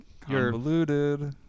Convoluted